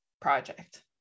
project